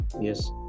Yes